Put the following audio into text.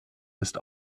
ist